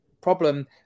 problem